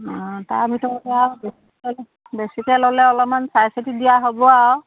অঁ তাৰ ভিতৰতে বেছিকে ল'লে অলপমান চাই চিতি দিয়া হ'ব আৰু